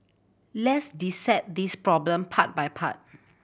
let's dissect this problem part by part